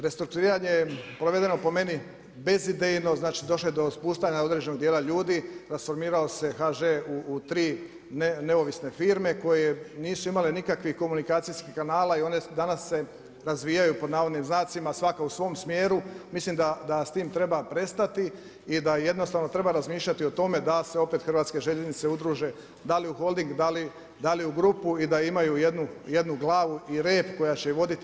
Restrukturiranje je provedeno po meni, bezidejno, znači došlo je do raspuštanja određenog dijela ljudi, transformirao se HŽ u 3 neovisne firme, koje nisu imale nikakvih komunikacijskih kanala i danas se razvijaju „svaka u svom smjeru“, mislim da s tim treba prestati i da jednostavno treba razmišljati o tome da se opet Hrvatske željeznice udruže da li u holding, ga li u grupu i da imaju jednu glavnu i rep koja će voditi.